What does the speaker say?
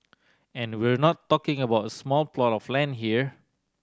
and we're not talking about a small plot of land here